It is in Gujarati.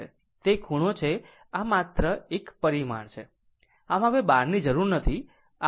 તે ખૂણો છે આ માત્ર એક પરિમાણ છે આમ હવે બાર ની જરૂર નથી